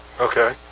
Okay